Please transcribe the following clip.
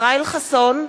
ישראל חסון,